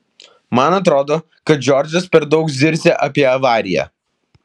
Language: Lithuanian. man atrodo kad džordžas per daug zirzia apie avariją